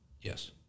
Yes